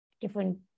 different